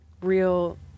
real